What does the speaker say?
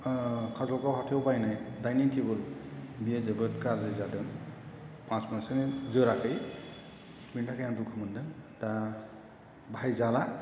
काजलगाव हाथाइआव बायनाय dining table बियो जोबोद गाज्रि जादों मास मोनसेयानो जोराखै बेनि थाखाय आं दुखु मोन्दों दा बाहायजाला